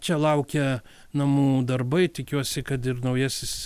čia laukia namų darbai tikiuosi kad ir naujasis